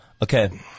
Okay